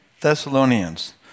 Thessalonians